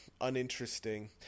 uninteresting